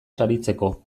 saritzeko